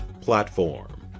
Platform